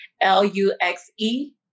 L-U-X-E